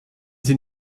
sie